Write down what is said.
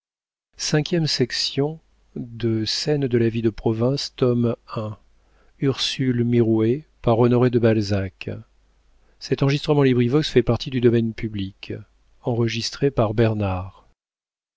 de scène de la vie de province tome i author honoré de balzac